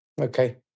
Okay